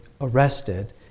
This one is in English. arrested